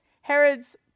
Herod's